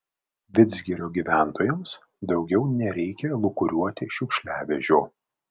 vidzgirio gyventojams daugiau nereikia lūkuriuoti šiukšliavežio